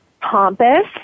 pompous